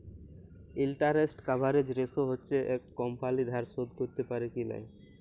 interest coverage ratio হচ্যে একট কমপালি ধার শোধ ক্যরতে প্যারে কি লায়